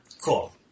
Cool